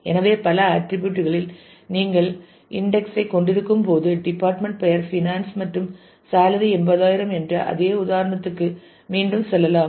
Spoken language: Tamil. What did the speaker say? எனவே பல ஆட்டிரிபியூட் களில் நீங்கள் இன்டெக்ஸ் ஐ கொண்டிருக்கும்போது டிபார்ட்மெண்ட் பெயர் பினான்ஸ் மற்றும் சேலரி 80000 என்ற அதே உதாரணத்திற்கு மீண்டும் செல்லலாம்